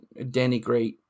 denigrate